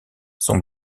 sont